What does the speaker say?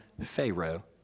Pharaoh